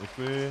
Děkuji.